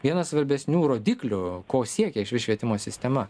vienas svarbesnių rodiklių ko siekia išvis švietimo sistema